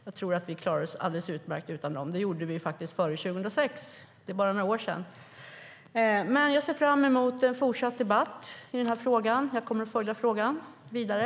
Jag tror att vi klarar oss alldeles utmärkt utan dem. Det gjorde vi före 2006 - bara några år sedan. Jag ser fram emot en fortsatt debatt i den här frågan, och jag kommer att följa den vidare.